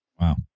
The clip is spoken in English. Wow